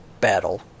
battle